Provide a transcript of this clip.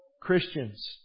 Christians